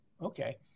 okay